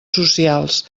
socials